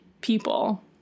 people